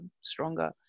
stronger